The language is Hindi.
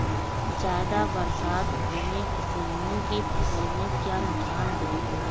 ज़्यादा बरसात होने से मूंग की फसल में क्या नुकसान होगा?